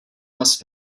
must